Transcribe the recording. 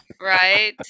Right